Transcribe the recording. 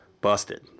busted